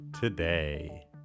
today